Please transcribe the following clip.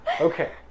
Okay